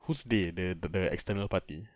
who's they the the the external party